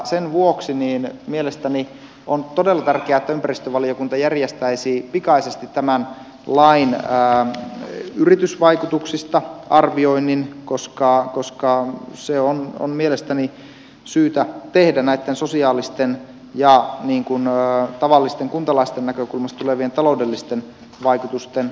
sen vuoksi mielestäni on todella tärkeää että ympäristövaliokunta järjestäisi pikaisesti tämän lain yritysvaikutuksista arvioinnin koska se on mielestäni syytä tehdä näitten sosiaalisten vaikutusten ja tavallisten kuntalaisten näkökulmasta tulevien taloudellisten vaikutusten ohella